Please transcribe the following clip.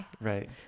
Right